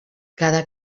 cada